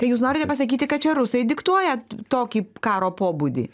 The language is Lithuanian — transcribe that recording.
tai jūs norite pasakyti kad čia rusai diktuoja tokį karo pobūdį